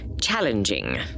challenging